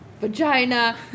vagina